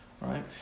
right